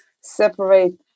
separate